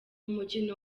umukino